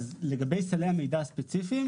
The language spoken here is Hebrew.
אז לגבי סלי המידע הספציפיים,